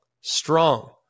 strong